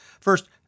First